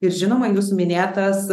ir žinoma jūsų minėtas